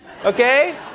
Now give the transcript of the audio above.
Okay